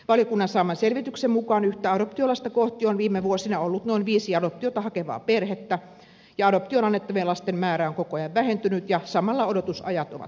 valiokunnan saaman selvityksen mukaan yhtä adoptiolasta kohti on viime vuosina ollut noin viisi adoptiota hakevaa perhettä ja adoptioon annettavien lasten määrä on koko ajan vähentynyt ja samalla odotusajat ovat pidentyneet